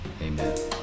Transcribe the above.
amen